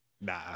Nah